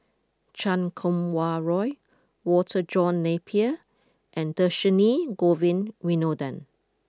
Chan Kum Wah Roy Walter John Napier and Dhershini Govin Winodan